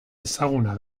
ezezaguna